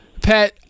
Pat